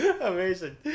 amazing